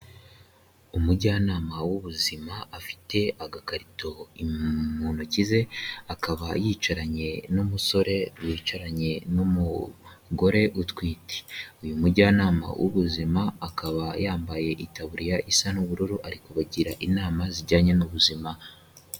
Umujyanama w'ubuzima afite agakarito mu ntoki ze akaba yicaranye n'umusore yicaranye n'umugore utwite, uyu mujyanama w'ubuzima akaba yambaye itaburiya isa n'ubururu ari kubagira inama zijyanye n'ubuzima.